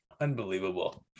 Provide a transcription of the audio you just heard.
Unbelievable